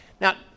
Now